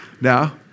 Now